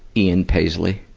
ian paisley?